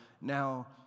now